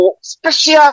special